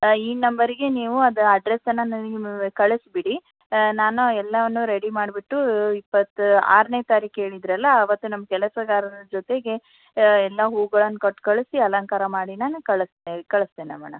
ಈ ನಂಬರಿಗೆ ನೀವು ಅದರ ಅಡ್ರೆಸನ್ನು ನನಗೆ ಕಳಿಸಿಬಿಡಿ ನಾನು ಎಲ್ಲವನ್ನು ರೆಡಿ ಮಾಡಿಬಿಟ್ಟು ಇಪ್ಪತಾರನೇ ತಾರೀಖು ಹೇಳಿದಿರಲ್ಲ ಅವತ್ತೇ ನಮ್ಮ ಕೆಲಸಗಾರರ ಜೊತೆಗೆ ಎಲ್ಲ ಹೂಗಳನ್ನು ಕೊಟ್ಟು ಕಳಿಸಿ ಅಲಂಕಾರ ಮಾಡಿ ನಾನು ಕಳ್ಸ್ ಕಳಿಸ್ತೇನೆ ಮೇಡಮ್